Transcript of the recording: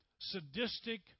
sadistic